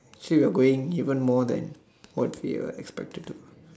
actually we going even more than what we were expected to do